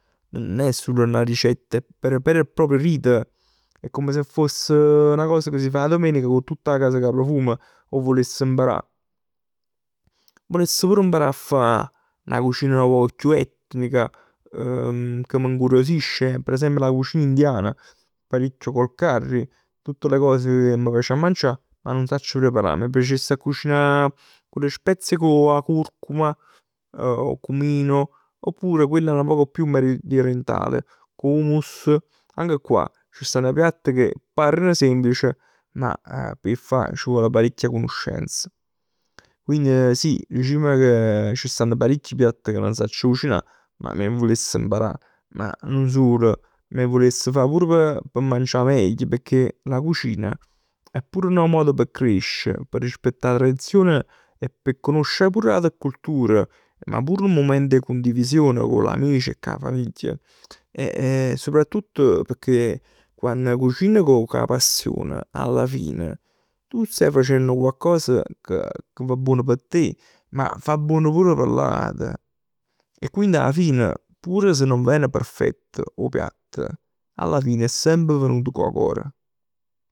Nun è sul 'na ricetta. È ver ver 'e propria vita. È come se foss 'na cosa che faje 'a domenica cu tutt 'a casa ca profuma. M' vuless imparà. Vuless pur imparà a fa 'na cucina nu poc chiù etnica, ca m' incuriosisce. Per esempio la cucina indiana. Parecchio con il curry. Tutt le cose ca m' piace a mangià, ma nun sacc preparà. M' piacess a cucinà le spezie cu 'a curcuma, cumino, oppure quella nu poc chiù medio orientale, humus. Anche qua c' stann piatt ca pareno semplici, ma p' 'e fa c' vò parecchia conoscenz. Quindi sì, dicimm che c' stann paricchj piatt ca nun saccio cucinà, ma m' 'e vuless mparà. Ma nun sul, m' 'e vuless pur fa p' mangià meglio. Pecchè la cucina è pur nu modo p' crescere, p' rispettà la tradizione e p' conosce ate culture, ma pur in un momento 'e condivisione cu l'amici e cu 'a famiglia. E soprattutto pecchè quann cucini cu 'a passion alla fine, tu staje facenn coccos ca, ca va buon p' te. Ma fa buon pur p' l'ate. E quindi alla fine pur si nun ven perfett 'o piatt, alla fine è semp venut cu 'o core.